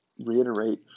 reiterate